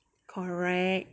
correct